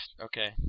okay